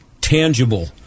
tangible